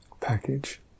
package